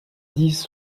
dix